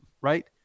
right